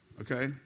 Okay